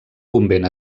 convent